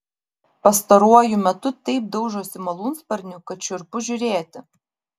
pastaruoju metu taip daužosi malūnsparniu kad šiurpu žiūrėti